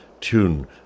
tune